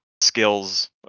skills